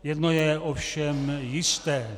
Jedno je ovšem jisté.